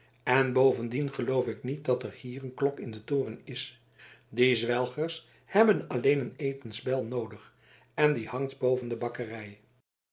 en bovendien geloof ik niet dat er hier een klok in den toren is die zwelgers hebben alleen een etensbel noodig en die hangt boven de bakkerij